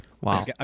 Wow